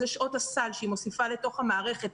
זה שעות הסל שהיא מוסיפה לתוך המערכת,